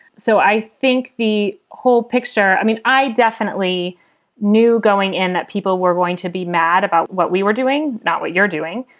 so i think the whole picture. i mean, i definitely knew going in that people were going to be mad about what we were doing, not what you're doing.